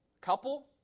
couple